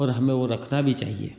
और हमें वह रखना भी चाहिए